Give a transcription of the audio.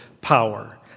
power